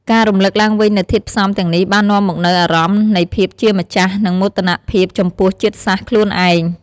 ការរំឭកឡើងវិញនូវធាតុផ្សំទាំងនេះបាននាំមកនូវ អារម្មណ៍នៃភាពជាម្ចាស់ និងមោទនភាពចំពោះជាតិសាសន៍ខ្លួនឯង។